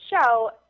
show